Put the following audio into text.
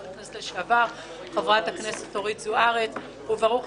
הכנסת לשעבר זהבה גלאון ואורית זוארץ.